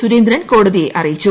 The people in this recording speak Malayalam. സുരേന്ദ്രൻ കോടതിയെ അറിയിച്ചു